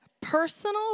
personal